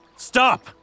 stop